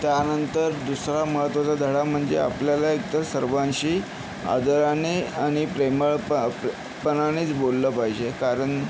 त्यानंतर दुसरा महत्वाचा धडा म्हणजे आपल्याला एक तर सर्वांशी आदराने आणि प्रेमळ प पणानेच बोललं पाहिजे कारण